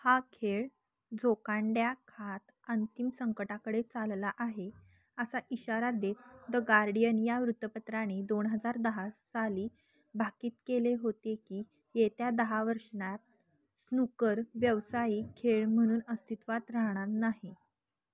हा खेळ झोकांड्या खात अंतिम संकटाकडे चालला आहे असा इशारा देत द गार्डियन या वृत्तपत्राने दोन हजार दहा साली भाकीत केले होते की येेत्या दहा वर्षांत स्नूकर व्यवसायिक खेळ म्हनून अस्तित्वात राहणार नाही